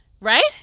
right